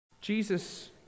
Jesus